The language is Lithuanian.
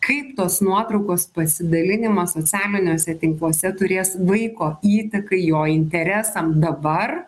kaip tos nuotraukos pasidalinimas socialiniuose tinkluose turės vaiko įtakai jo interesam dabar